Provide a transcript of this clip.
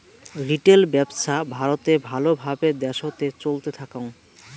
retail ব্যপছা ভারতে ভাল ভাবে দ্যাশোতে চলতে থাকং